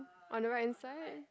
on the right hand side